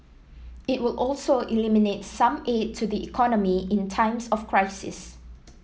it would also eliminate some aid to the economy in times of crisis